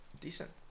Decent